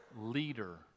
leader